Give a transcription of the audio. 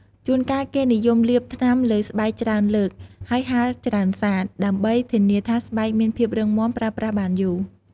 ជួនកាល គេនិយមលាបថ្នាំលើស្បែកច្រើនលើក ហើយហាលច្រើនសា ដើម្បីធានាថាស្បែកមានភាពរឹងមាំ ប្រើប្រាស់បានយូរ។